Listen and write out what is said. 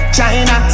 China